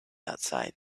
outside